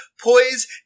poise